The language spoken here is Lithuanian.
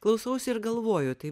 klausausi ir galvoju tai